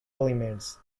elements